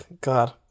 God